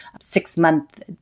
six-month